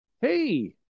Hey